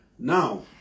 Now